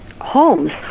homes